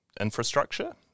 infrastructure